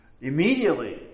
Immediately